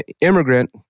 Immigrant